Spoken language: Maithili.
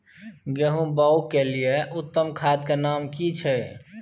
गेहूं बोअ के लिये उत्तम खाद के नाम की छै?